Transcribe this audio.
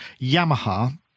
Yamaha